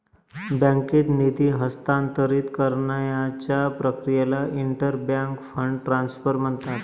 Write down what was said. बँकेत निधी हस्तांतरित करण्याच्या प्रक्रियेला इंटर बँक फंड ट्रान्सफर म्हणतात